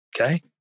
Okay